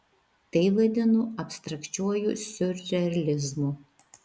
tai vadinu abstrakčiuoju siurrealizmu